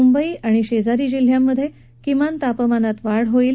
मुंबई आणि शेजारी जिल्ह्यांमध्ये किमान तापमानात वाढ होईल